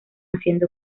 haciendo